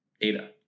data